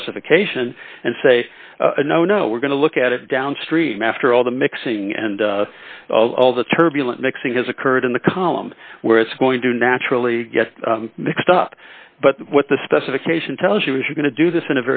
specification and say no no we're going to look at it downstream after all the mixing and all the turbulent mixing has occurred in the column where it's going to naturally get mixed up but what the specification tells you is you going to do this in